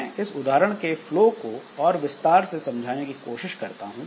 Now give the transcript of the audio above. मैं इस उदाहरण के फ्लो को और विस्तार से समझाने की कोशिश करता हूं